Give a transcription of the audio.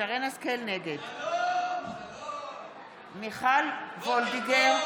נגד מיכל וולדיגר,